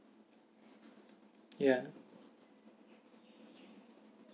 ya